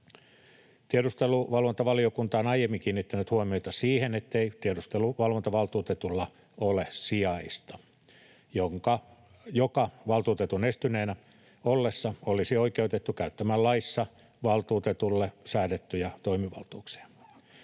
Tiedusteluvalvontavaliokunta on aiemmin kiinnittänyt huomiota siihen, ettei tiedusteluvalvontavaltuutetulla ole sijaista, joka valtuutetun estyneenä ollessa olisi oikeutettu käyttämään laissa valtuutetulle säädettyjä toimivaltuuksia.